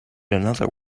another